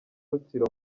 rutsiro